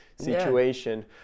situation